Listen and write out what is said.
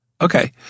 Okay